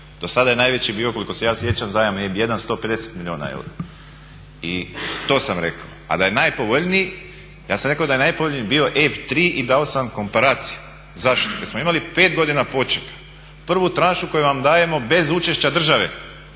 Dosada je najveći bio koliko se ja sjećam zajam EIB 1 150 milijuna eura. I to sam rekao. A da je najpovoljniji ja sam rekao da je najpovoljniji bio EIB 3 i dao sam komparaciju zašto. Jer smo imali 5 godina počeka. Prvu tranšu koju vam dajemo bez učešća države,